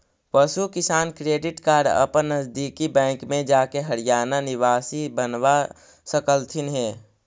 पशु किसान credit card अपन नजदीकी बैंक में जाके हरियाणा निवासी बनवा सकलथीन हे